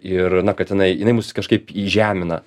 ir na kad jinai jinai mus kažkaip įžemina